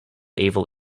evil